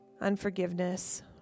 unforgiveness